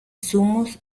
zumos